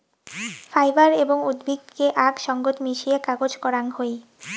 fibre এবং উদ্ভিদকে আক সঙ্গত মিশিয়ে কাগজ করাং হই